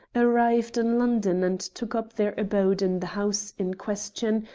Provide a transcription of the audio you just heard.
arrived in london and took up their abode in the house in question,